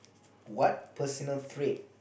what personal trait